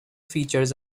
features